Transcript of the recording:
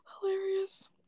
Hilarious